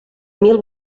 mil